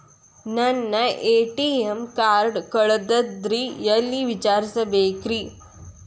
ನನ್ನ ATM card ಕಳದದ್ರಿ ಎಲ್ಲಿ ವಿಚಾರಿಸ್ಬೇಕ್ರಿ?